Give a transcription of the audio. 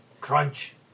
Crunch